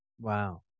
Wow